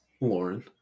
Lauren